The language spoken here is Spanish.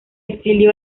exilió